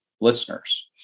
listeners